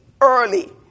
early